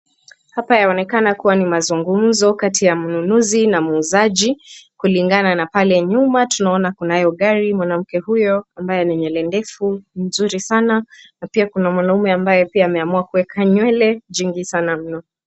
Hapa yaonekana kuwa ni mazungumzo kati ya mnunuzi na muuzaji kulingana na pale nyuma tunaona kunayo gari. Mwanamke huyo ambaye ni nywele ndefu mzuri sana na pia kuna mwanamume ambaye pia ameamua kuweka nywele jingi sana mno.